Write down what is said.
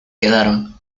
quedaron